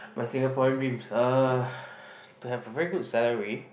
my Singaporean dreams uh to have a very good salary